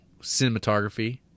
cinematography